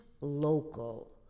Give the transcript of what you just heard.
local